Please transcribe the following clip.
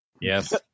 Yes